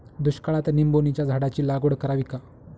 दुष्काळात निंबोणीच्या झाडाची लागवड करावी का?